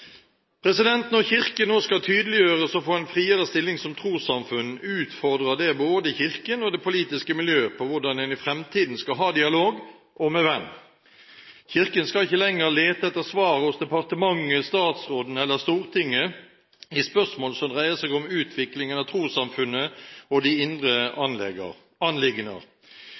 Når Kirken nå skal tydeliggjøres og få en friere stilling som trossamfunn, utfordrer det både Kirken og det politiske miljø på hvordan en i framtiden skal ha dialog, og med hvem. Kirken skal ikke lenger lete etter svar hos departementet, statsråden eller Stortinget i spørsmål som dreier seg om utviklingen av trossamfunnet og de indre